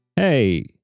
Hey